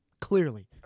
Clearly